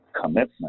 commitment